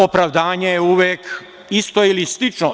Opravdanje je uvek isto ili slično.